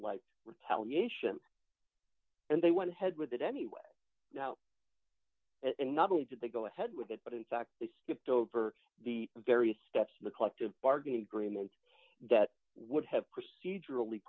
like retaliation and they want to head with it anyway and not only did they go ahead with it but in fact they skipped over the various steps the collective bargaining agreement that would have procedural